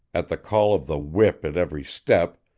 at the call of the whip at every step,